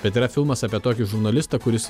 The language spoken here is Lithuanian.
bet yra filmas apie tokį žurnalistą kuris